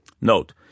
Note